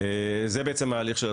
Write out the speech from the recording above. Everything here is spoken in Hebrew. זה ההליך.